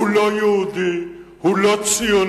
הוא לא יהודי, הוא לא ציוני,